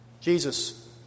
Jesus